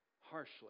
harshly